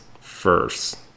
first